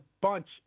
bunch